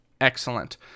excellent